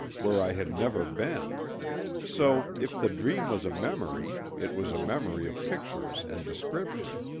where i had never been so if the dream was a memory it was a memory of pictures and description.